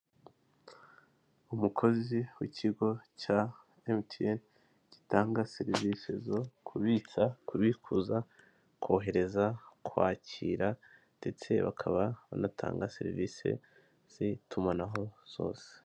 Umukozi w'ikigo cya MTN gitanga serivisi zo kubitsa, kubikuza, kohereza, kwakira ndetse bakaba banatanga serivisi z'itumanaho zose.